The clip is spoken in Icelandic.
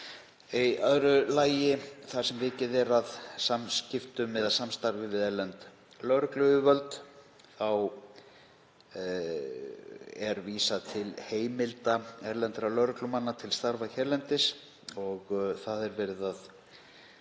Í öðru lagi er vikið að samskiptum eða samstarfi við erlend lögregluyfirvöld og er þá vísað til heimilda erlendra lögreglumanna til starfa hérlendis; það er verið að